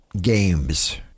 games